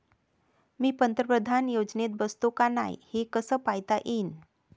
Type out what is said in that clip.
मी पंतप्रधान योजनेत बसतो का नाय, हे कस पायता येईन?